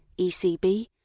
ECB